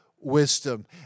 Wisdom